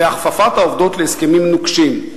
ומהכפפת העובדות להסכמים נוקשים.